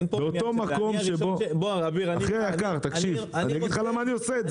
אני אסביר לך למה אני עושה את זה.